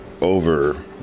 over